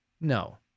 No